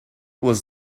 was